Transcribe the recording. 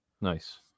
Nice